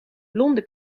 blonde